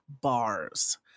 bars